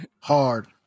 hard